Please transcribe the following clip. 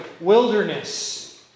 wilderness